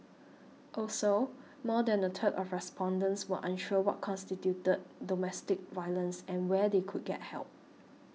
also more than a third of respondents were unsure what constituted domestic violence and where they could get help